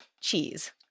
cheese